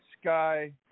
sky